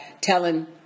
telling